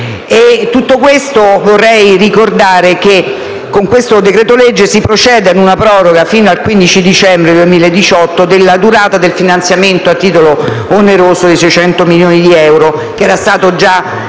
di gara. Vorrei ricordare che con questo decreto-legge si procede a una proroga fino al 15 dicembre 2018 della durata del finanziamento a titolo oneroso di 600 milioni di euro, che era stato già